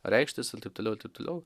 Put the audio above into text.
reikštis ir taip toliau ir taip toliau